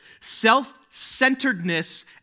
self-centeredness